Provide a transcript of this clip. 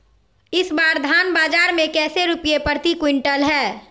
इस बार धान बाजार मे कैसे रुपए प्रति क्विंटल है?